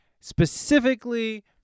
specifically